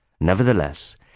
Nevertheless